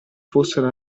fossero